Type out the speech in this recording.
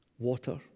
water